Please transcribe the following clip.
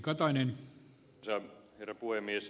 arvoisa herra puhemies